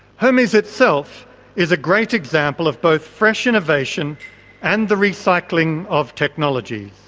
hermes itself is a great example of both fresh innovation and the recycling of technologies.